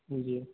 جی